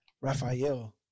Raphael